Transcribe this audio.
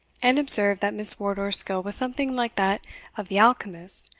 and observed, that miss wardour's skill was something like that of the alchemists,